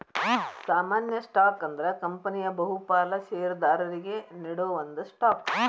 ಸಾಮಾನ್ಯ ಸ್ಟಾಕ್ ಅಂದ್ರ ಕಂಪನಿಯ ಬಹುಪಾಲ ಷೇರದಾರರಿಗಿ ನೇಡೋ ಒಂದ ಸ್ಟಾಕ್